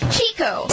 Chico